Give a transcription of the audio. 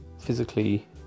physically